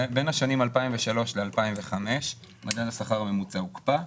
בין השנים 2003 ל-2005 מדד השכר הממוצע הוקפא,